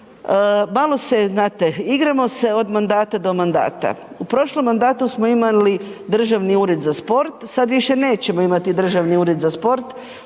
malo se znate, igramo se od mandata do mandata. U prošlom mandatu smo imali Državni ured za sport, sad više nećemo imati Državni ured za sport